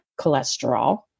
cholesterol